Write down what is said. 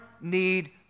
need